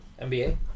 NBA